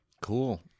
Cool